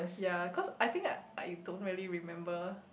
ya cause I think I don't really remember